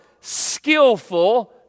skillful